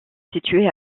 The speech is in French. situé